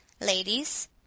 Ladies